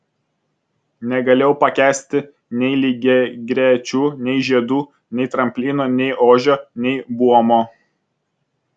negalėjau pakęsti nei lygiagrečių nei žiedų nei tramplino nei ožio nei buomo